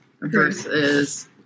versus